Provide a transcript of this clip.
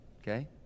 Okay